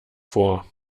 vor